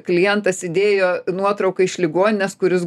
klientas įdėjo nuotrauką iš ligoninės kur jis